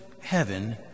heaven